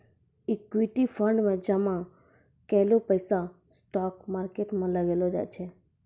equity fund मे जामा कैलो पैसा स्टॉक मार्केट मे लगैलो जाय छै